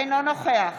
אינו נוכח